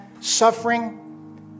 suffering